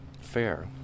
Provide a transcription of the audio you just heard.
fair